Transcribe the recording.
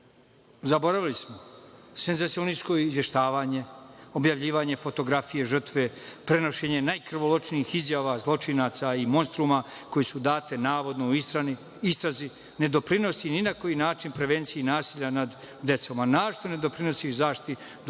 Zaboravili smo. Senzacionalističko izveštavanje, objavljivanje fotografije žrtve, prenošenje najkrvoločnijih izjava, zločinaca i monstruma koje su date navodno u istrazi, ne doprinosi ni na koji način prevenciji nasilja nad decom, a naročito ne doprinosi zaštiti dostojanstva